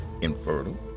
infertile